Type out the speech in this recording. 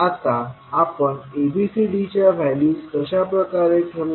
आता आपण ABCD च्या व्हॅल्यूज कशा प्रकारे ठरवू